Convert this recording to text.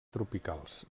tropicals